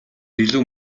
илүү